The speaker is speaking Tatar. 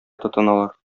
тотыналар